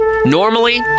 Normally